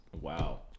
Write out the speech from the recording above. Wow